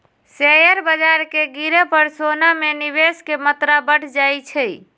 share बाजार के गिरे पर सोना में निवेश के मत्रा बढ़ जाइ छइ